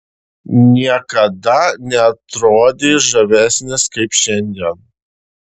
niekada neatrodei žavesnis kaip šiandien